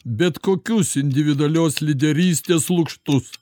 bet kokius individualios lyderystės lukštus